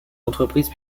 entreprise